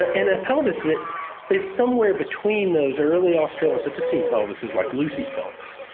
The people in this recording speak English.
ah and a pelvis that is somewhere between those early australopithecine pelvises, like lucy's pelvis,